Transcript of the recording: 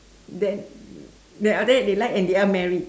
then then after that they like and they are married